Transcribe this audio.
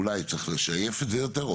אולי צריך לשייף את זה יותר,